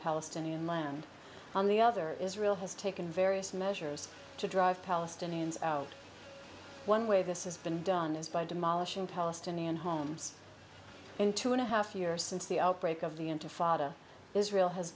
palestinian land on the other israel has taken various measures to drive palestinians out one way this has been done is by demolishing palestinian homes in two and a half years since the outbreak of the intifada israel has